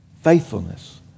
faithfulness